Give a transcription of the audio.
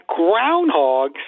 groundhogs